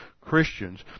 Christians